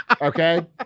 Okay